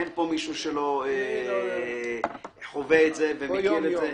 אין פה מישהו שלא חווה ומכיר את זה.